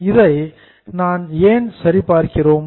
நாம் இதை ஏன் சரி பார்க்கிறோம்